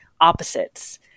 opposites